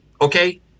okay